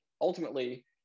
ultimately